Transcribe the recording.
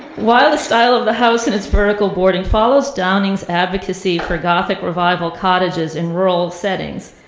while the style of the house and its vertical boarding follows downing's advocacy for gothic revival cottages in rural settings,